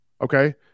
okay